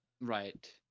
Right